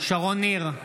שרון ניר,